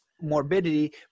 morbidity